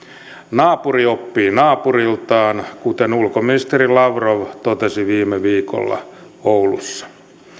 naapuri oppii naapuriltaan kuten ulkoministeri lavrov totesi viime viikolla oulussa